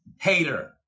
hater